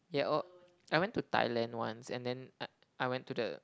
yeah oh I went to Thailand once and then I I went to the